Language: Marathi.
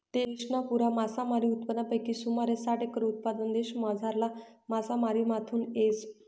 देशना पुरा मासामारी उत्पादनपैकी सुमारे साठ एकर उत्पादन देशमझारला मासामारीमाथून येस